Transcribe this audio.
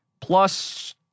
Plus